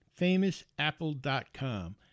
famousapple.com